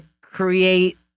create